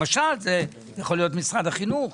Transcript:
זה יכול להיות משרד החינוך.